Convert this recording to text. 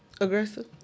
Aggressive